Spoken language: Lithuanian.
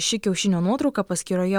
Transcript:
ši kiaušinio nuotrauka paskyroje